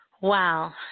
Wow